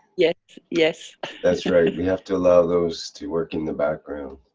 yet yes that's right we have to allow those, to work in the background.